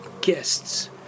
guests